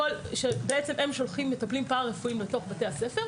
הם שולחים מטפלים פרא-רפואיים לתוך בתי הספר.